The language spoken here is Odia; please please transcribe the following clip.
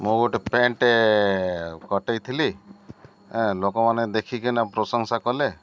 ମୁଁ ଗୋଟେ ପ୍ୟାଣ୍ଟଟେ କଟେଇଥିଲି ଲୋକମାନେ ଦେଖିକି ନା ପ୍ରଶଂସା କଲେ